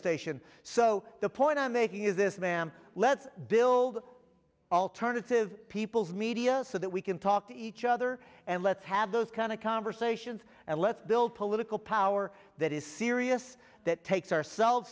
station so the point i'm making is this ma'am let's build alternative people's media so that we can talk to each other and let's have those kind of conversations and let's build political power that is serious that takes ourselves